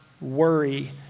worry